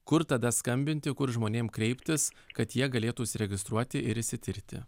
kur tada skambinti kur žmonėm kreiptis kad jie galėtų užsiregistruoti ir išsitirti